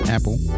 Apple